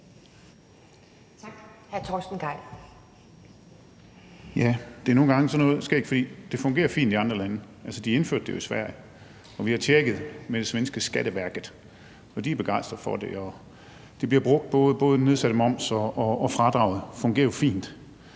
(ALT): Nogle gange er sådan noget skægt, for det fungerer fint i andre lande. De indførte det jo i Sverige, og vi har tjekket med det svenske Skatteverket, og de er begejstrede for det. Både den nedsatte moms og fradraget bliver brugt og fungerer fint.